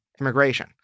immigration